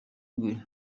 rwe